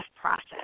process